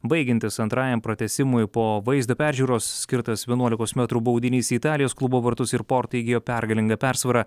baigiantis antrajam pratęsimui po vaizdo peržiūros skirtas vienuolikos metrų baudinys į italijos klubo vartus ir portai įgijo pergalingą persvarą